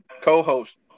co-host